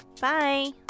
Bye